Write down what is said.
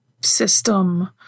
system